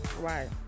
Right